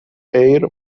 ایر